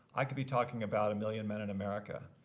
i could be talking about a million men in america.